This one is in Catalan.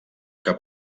que